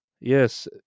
yes